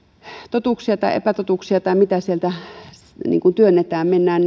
totuuksia tai epätotuuksia tai muuta sieltä työnnetään mennään